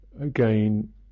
again